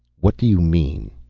what do you mean?